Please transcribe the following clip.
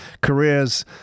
careers